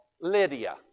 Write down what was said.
Lydia